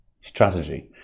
strategy